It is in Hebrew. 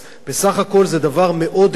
בסך הכול זה דבר מאוד הגיוני.